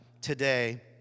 today